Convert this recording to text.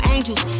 Angels